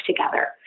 together